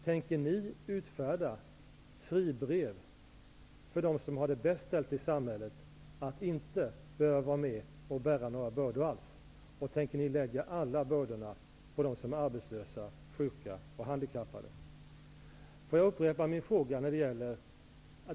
Tänker ni utfärda fribrev för dem som har det bäst ställt i samhället så att de inte behöver vara med och bära några bördor? Tänker ni lägga alla bördor på dem som är arbetslösa, sjuka och handikappade?